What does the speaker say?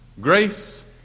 Grace